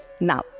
Now